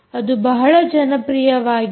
ಅದು ಬಹಳ ಜನಪ್ರಿಯವಾಗಿದೆ